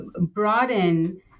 broaden